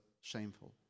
shameful